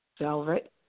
Velvet